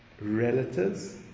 relatives